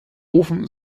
ofen